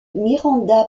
miranda